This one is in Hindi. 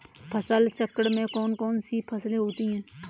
फसल चक्रण में कौन कौन सी फसलें होती हैं?